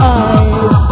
eyes